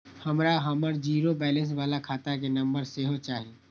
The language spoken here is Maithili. हमरा हमर जीरो बैलेंस बाला खाता के नम्बर सेहो चाही